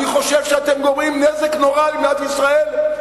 אני חושב שאתם גורמים נזק נורא למדינת ישראל,